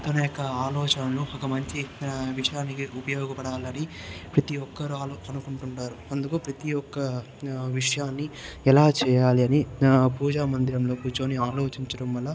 తన యొక్క ఆలోచనలను ఒక మంచి విషయానికి ఉపయోగపడాలని పడాలని ప్రతిఒక్కరు అనుకుంటుంటారు అందుకు ప్రతి ఒక్క విషయాన్ని ఎలా చేయాలని పూజ మందిరంలో కూర్చొని ఆలోచించడం వలన